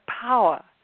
power